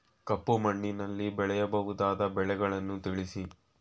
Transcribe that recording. ಕಪ್ಪು ಮಣ್ಣಿನಲ್ಲಿ ಬೆಳೆಯಬಹುದಾದ ಬೆಳೆಗಳನ್ನು ತಿಳಿಸಿ?